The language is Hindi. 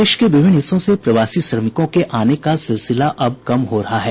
देश के विभिन्न हिस्सों से प्रवासी श्रमिकों के आने का सिलसिला अब कम हो रहा है